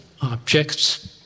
objects